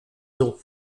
nom